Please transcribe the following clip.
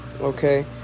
Okay